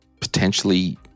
potentially